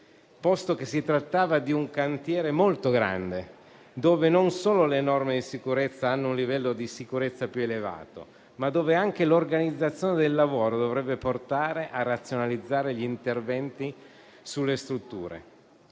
posto che si trattava di un cantiere molto grande, dove non solo le norme di sicurezza sono di un livello più elevato, ma dove anche l'organizzazione del lavoro dovrebbe portare a razionalizzare gli interventi sulle strutture.